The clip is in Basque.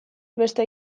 beste